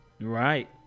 Right